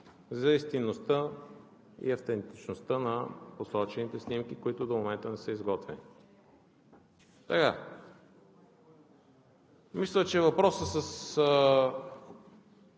за истинността и автентичността на посочените снимки, които до момента не са изготвени. Мисля, че въпросът с